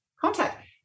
contact